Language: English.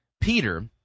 Peter